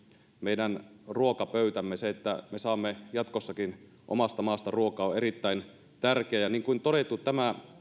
meidän ruokapöytämme se että me saamme jatkossakin omasta maasta ruokaa on erittäin tärkeää niin kuin todettu tämä